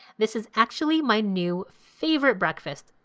this is actually my new favourite breakfast.